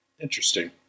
Interesting